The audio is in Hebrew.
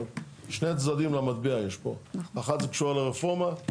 שני צדדים למטבע יש פה, אחת שקשורה לרפורמה,